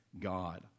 God